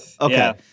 Okay